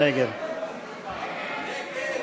מי נגד?